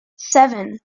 seven